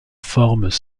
formes